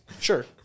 sure